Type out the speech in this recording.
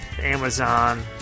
Amazon